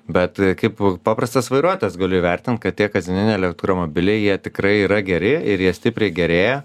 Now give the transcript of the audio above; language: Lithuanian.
bet kaip paprastas vairuotojas galiu įvertint kad tie kasdieniniai elektromobiliai jie tikrai yra geri ir jie stipriai gerėja